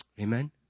Amen